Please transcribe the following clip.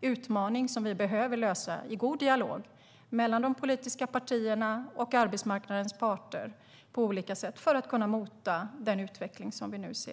utmaning som vi behöver lösa i god dialog mellan de politiska partierna och arbetsmarknadens parter på olika sätt för att kunna mota den utveckling som vi nu ser.